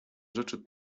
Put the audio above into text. rzeczy